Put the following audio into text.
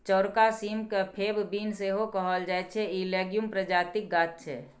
चौरका सीम केँ फेब बीन सेहो कहल जाइ छै इ लेग्युम प्रजातिक गाछ छै